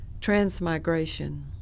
Transmigration